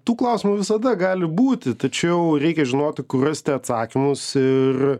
tų klausimų visada gali būti tačiau reikia žinoti kur rasti atsakymus ir